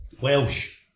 Welsh